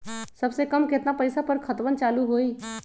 सबसे कम केतना पईसा पर खतवन चालु होई?